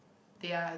they are